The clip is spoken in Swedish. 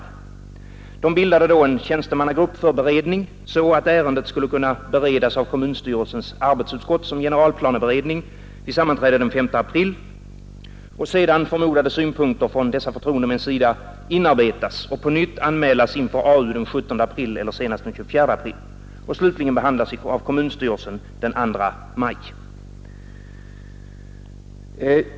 Man bildade då en tjänstemannagrupp för beredning för att ärendet skulle kunna beredas av kommunstyrelsens arbetsutskott som generalplaneberedning vid sammanträde den 5 april och sedan skulle förmodade synpunkter från dessa förtroendemän kunna inarbetas och på nytt anmälas inför AU den 17 eller senast den 24 april och slutligen behandlas av kommunstyrelsen den 2 maj.